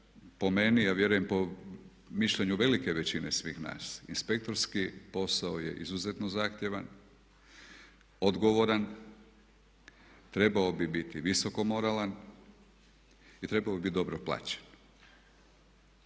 po meni a vjerujem i po mišljenju velike većine svih nas inspektorski posao je izuzetno zahtjevan, odgovoran, trebao bi biti visoko moralan i trebao bi biti dobro plaćen.